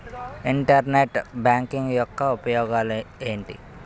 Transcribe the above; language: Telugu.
ఇంటర్నెట్ బ్యాంకింగ్ యెక్క ఉపయోగాలు ఎంటి?